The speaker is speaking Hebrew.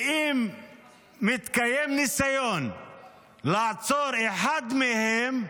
ואם מתקיים ניסיון לעצור אחד מהם,